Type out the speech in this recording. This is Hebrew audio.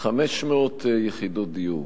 500 יחידות דיור